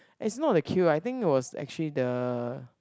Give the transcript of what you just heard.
it's not the queue I think was actually the